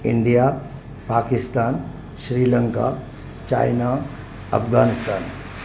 India Pakistan Sri Lanka China Afghanistan